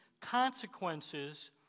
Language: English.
consequences